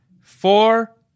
four